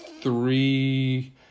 three